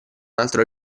altro